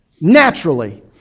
Naturally